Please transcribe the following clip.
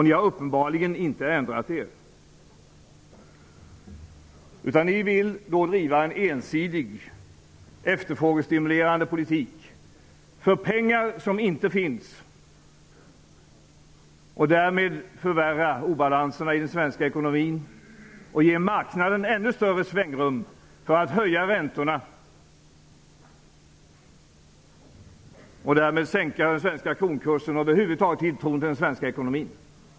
Ni har uppenbarligen inte ändrat er, utan ni vill driva en ensidig efterfrågestimulerande politik för pengar som inte finns. Därmed förvärrar ni obalanserna i den svenska ekonomin och ger marknaden ännu större svängrum för att höja räntorna och därmed sänka den svenska kronans kurs och över huvud taget minska tilltron till den svenska ekonomin.